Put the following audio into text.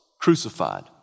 crucified